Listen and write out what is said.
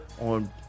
on